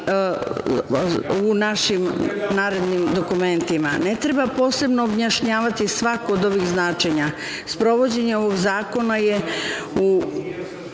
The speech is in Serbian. u našim narednim dokumentima. Ne treba posebno objašnjavati svako od ovih značenja. Sprovođenje ovog zakona je u